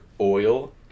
oil